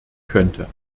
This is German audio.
könnte